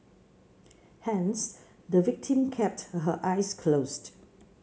hence the victim kept her eyes closed